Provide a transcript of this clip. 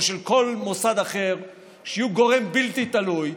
של כל מוסד אחר שיהיו גורם בלתי תלוי,